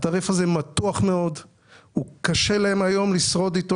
הוא מתוח מאוד וקשה להם לשרוד איתו.